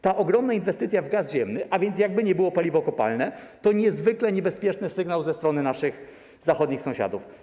Ta ogromna inwestycja w gaz ziemny, a więc jakby nie było paliwo kopalne, to niezwykle niebezpieczny sygnał ze strony naszych zachodnich sąsiadów.